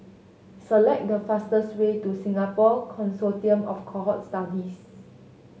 select the fastest way to Singapore Consortium of Cohort Studies